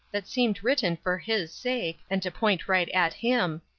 that seemed written for his sake, and to point right at him,